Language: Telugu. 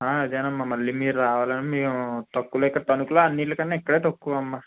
అదేనమ్మా మళ్ళీ మీరు రావాలన్నా మేము తక్కువలో ఇక్కడ తణుకులో అన్నింటి కన్నా ఇక్కడే తక్కువ అమ్మ